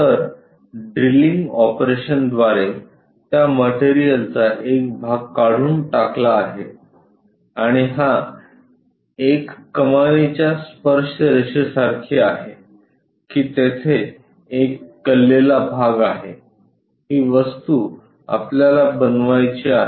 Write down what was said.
तर ड्रिलिंग ऑपरेशनद्वारे त्या मटेरियलचा हा भाग काढून टाकला आहे आणि हा एक कमानीच्या स्पर्श रेषेसारखी आहे की तेथे एक कललेला भाग आहे हि वस्तू आपल्याला बनवायची आहे